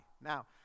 Now